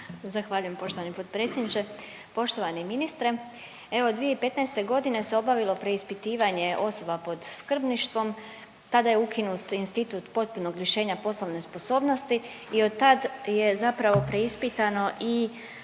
Zahvaljujem poštovani potpredsjedniče. Poštovani ministre, evo 2015. godine se obavilo preispitivanje osoba pod skrbništvom. Tada je ukinut institut potpunog lišenja poslovne sposobnosti i od tad je zapravo preispitano i